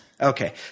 Okay